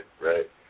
right